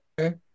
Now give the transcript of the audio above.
okay